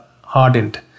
hardened